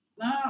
No